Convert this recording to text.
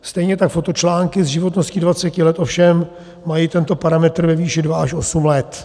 Stejně tak fotočlánky s životností 20 let ovšem mají tento parametr ve výši dva až osm let.